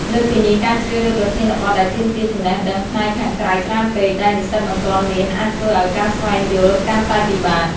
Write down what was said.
លើសពីនេះ ការជ្រើសរើសប្រធានបទដែលទាមទារចំណេះដឹងផ្នែកខាងក្រៅច្រើនពេក ដែលនិស្សិតមិនទាន់មាន អាចធ្វើឱ្យការស្វែងយល់កាន់តែពិបាក។